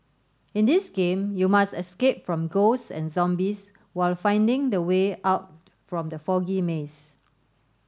in this game you must escape from ghosts and zombies while finding the way out from the foggy maze